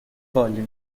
voglio